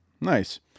nice